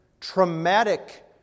traumatic